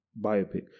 biopic